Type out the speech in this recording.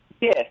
Yes